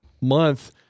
month